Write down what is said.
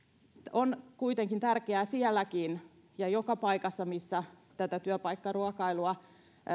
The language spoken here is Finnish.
on kuitenkin tärkeää sielläkin ja joka paikassa missä tätä työpaikkaruokailua